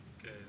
Okay